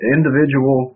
Individual